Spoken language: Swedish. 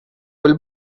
ville